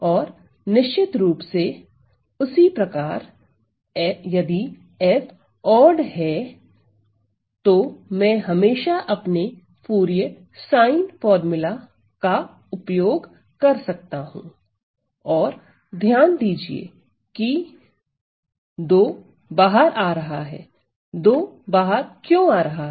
और निश्चित रूप से उसी प्रकार यदि f ओड है तो मैं हमेशा अपने फूरिये साइन फार्मूला का उपयोग कर सकता हूं और ध्यान दीजिए की 2 बाहर आ रहा है 2 बाहर क्यों आ रहा है